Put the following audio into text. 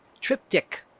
Triptych